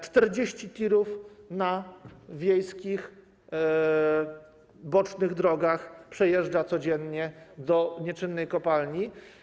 40 tirów na wiejskich, bocznych drogach przejeżdża codziennie do nieczynnej kopalni.